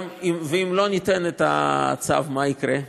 ואם לא ניתן את הצו, מה יקרה?